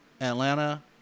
Atlanta